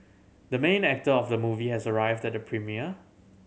the main actor of the movie has arrived at the premiere